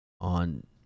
on